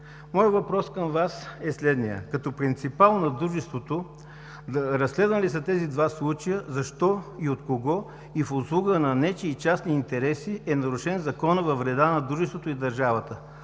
Моят въпрос към Вас е следният: като принципал на Дружеството, разследвани ли са тези два случая, защо и от кого, и в услуга на нечии частни интереси е нарушен Законът във вреда на Дружеството и държавата?